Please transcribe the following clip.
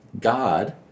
God